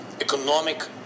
economic